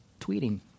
tweeting